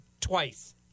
twice